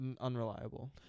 unreliable